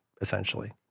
essentially